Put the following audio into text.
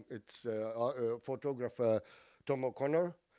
it's photographer tom o'connor.